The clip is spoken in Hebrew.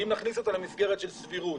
ואם נכניס אותה למסגרת של סבירות,